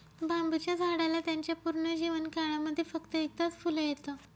बांबुच्या झाडाला त्याच्या पूर्ण जीवन काळामध्ये फक्त एकदाच फुल येत